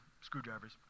screwdrivers